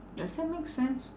does that make sense